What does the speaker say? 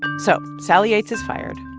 and so sally yates is fired.